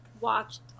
watched